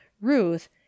Ruth